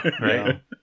right